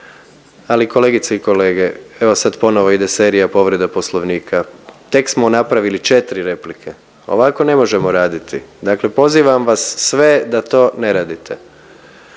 Ali kolegice i kolege, evo sad ponovo ide serija povreda Poslovnika, tek smo napravili 4 replike, ovako ne možemo raditi, dakle pozivam vas sve da to ne radite.